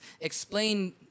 explain